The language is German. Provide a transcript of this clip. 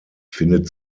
findet